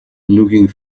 looking